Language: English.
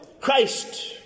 Christ